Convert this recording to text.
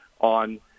on